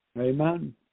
Amen